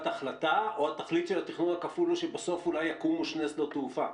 החלטה או שבסוף אולי יקומו שני שדות תעופה?